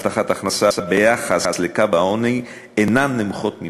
הבטחת הכנסה ביחס לקו העוני, אינה נמוכה ממנו,